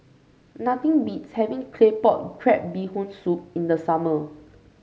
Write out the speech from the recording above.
nothing beats having Claypot Crab Bee Hoon Soup in the summer